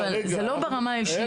אבל זה לא ברמה האישית.